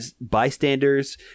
bystanders